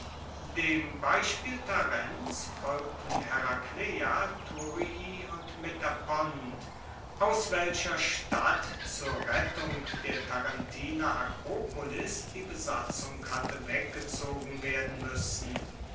dem beispiel tarents folgten herakleia thurii und metapont aus welcher stadt zur rettung der tarentiner akropolis die besatzung hatte weggezogen werden muessen